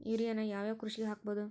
ಯೂರಿಯಾನ ಯಾವ್ ಯಾವ್ ಕೃಷಿಗ ಹಾಕ್ಬೋದ?